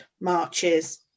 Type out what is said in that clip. marches